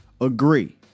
agree